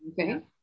Okay